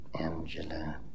Angela